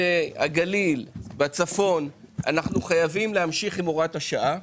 בגליל, אנחנו חייבים להמשיך עם הוראת השעה.